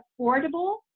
affordable